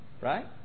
right